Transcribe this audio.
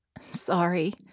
Sorry